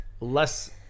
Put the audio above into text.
less